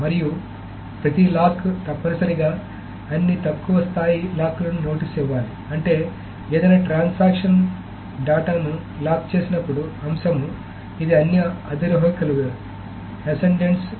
మరియు ప్రతి లాక్ తప్పనిసరిగా అన్ని తక్కువ స్థాయి లాక్లకు నోటీసు ఇవ్వాలి అంటే ఏదైనా ట్రాన్సాక్షన్ ఏదైనా డేటాను లాక్ చేసినప్పుడు అంశం ఇది అన్ని అధిరోహకులకు నోటీసును పంపుతుంది